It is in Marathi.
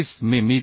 35 मि